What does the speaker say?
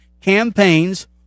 campaigns